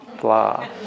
blah